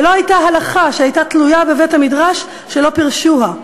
ולא הייתה הלכה שהייתה תלויה בבית-המדרש שלא פירשוה.